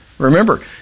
Remember